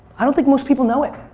i don't think most people know it.